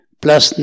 plus